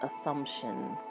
assumptions